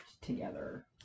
together